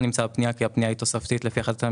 נמצא בפנייה כי הפנייה היא תוספתית לפי החלטת הממשלה.